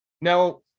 Now